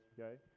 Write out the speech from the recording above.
Okay